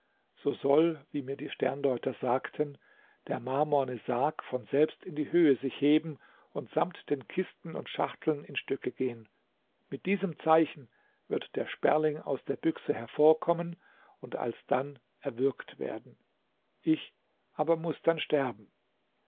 so soll wie mir die sterndeuter sagten der marmorne sarg von selbst in die höhe sich heben und samt den kisten und schachteln in stücke gehen mit diesem zeichen wird der sperling aus der büchse hervorkommen und alsdann erwürgt werden ich aber muß dann sterben